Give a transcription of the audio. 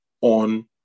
on